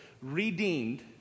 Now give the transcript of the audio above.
redeemed